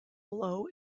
below